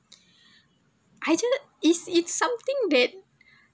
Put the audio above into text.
I actually thought it's it's something that